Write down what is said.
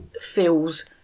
feels